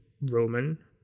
Roman